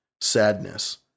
sadness